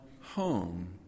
home